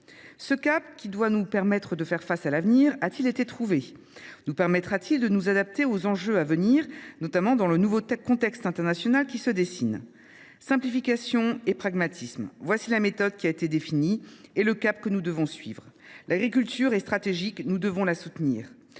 Ce cap, qui doit nous permettre de faire face à l’avenir, a t il été trouvé ? Nous permettra t il de nous adapter aux enjeux à venir, notamment dans le nouveau contexte international qui se dessine ? Simplification et pragmatisme : voilà la méthode qui a été définie et le cap que nous devons suivre. L’agriculture est stratégique, nous devons la soutenir.